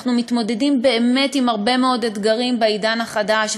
אנחנו מתמודדים באמת עם הרבה מאוד אתגרים בעידן החדש.